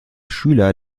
schüler